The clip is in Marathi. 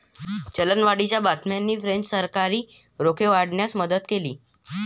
चलनवाढीच्या बातम्यांनी फ्रेंच सरकारी रोखे वाढवण्यास मदत केली